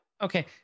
Okay